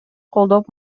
колдоп